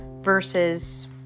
Versus